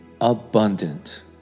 abundant